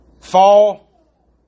Fall